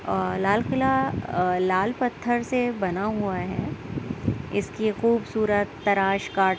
اور لال قلعہ لال پتھر سے بنا ہُوا ہے اِس کی خوبصورت تراش کاٹ